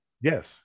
Yes